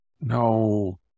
No